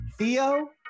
Theo